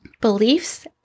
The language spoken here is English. beliefs